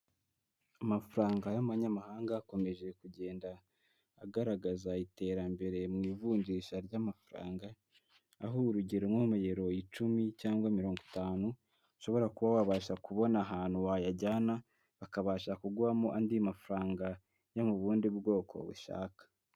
Amafaranga y'abanyamahanga akomeje kugenda agaragaza iterambere mu ivunjisha ry'amafaranga, aho urugero nkamayero icumi cyangwa mirongo itanu, ushobora kuba wabasha kubona ahantu wayajyana bakabasha ku kuguhamo andi mafaranga yo mu bundi bwoko ushaka.